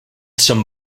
some